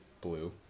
blue